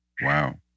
wow